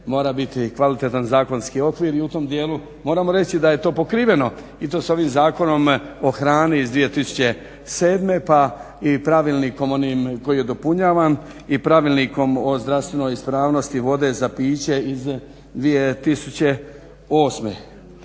mora biti kvalitetan zakonski okvir. I u tom dijelu moramo reći da je to pokriveno i to s ovim Zakonom o hrani iz 2007. pa i pravilnikom onim koji je dopunjavan i Pravilnikom o zdravstvenoj ispravnosti vode za piće iz 2008.